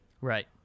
Right